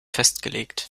festgelegt